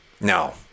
No